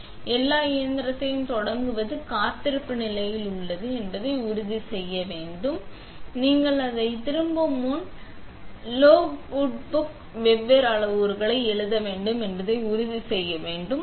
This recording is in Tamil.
எனவே எல்லாம் நீங்கள் இயந்திரத்தை தொடங்கியது என்று காத்திருப்பு நிலையில் உள்ளது என்பதை உறுதி செய்ய வேண்டும் பின்னர் நீங்கள் அதை திரும்ப முன் நீங்கள் லோகூட்புக் வெவ்வேறு அளவுருக்கள் எழுத வேண்டும் என்பதை உறுதி செய்ய வேண்டும்